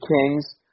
Kings